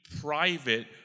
private